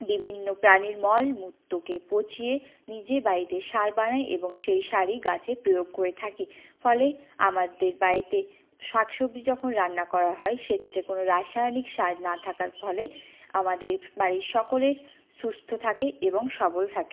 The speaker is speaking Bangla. বিভিন্ন প্রাণীর মল মূত্রকে পচিয়ে নিজে বাড়িতে সার বানাই এবং সেই সারই গাছে প্রয়োগ করে থাকি ফলে আমাদের বাড়িতে শাক সবজি যখন রান্না করা হয় সেটিতে কোনো রাসায়নিক সার না থাকার ফলে আমাদের বাড়ির সকলে সুস্থ থাকে এবং সবল থাকে